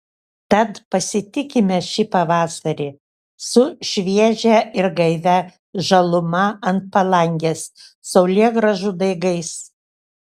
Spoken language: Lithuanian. tad pasitikime šį pavasarį su šviežia ir gaivia žaluma ant palangės saulėgrąžų daigais